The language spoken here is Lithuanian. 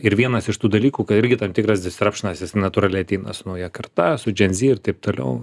ir vienas iš tų dalykų kad irgi tam tikras distrapšenas jis natūraliai ateina su nauja karta su džen zi ir taip toliau